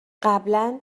قبلا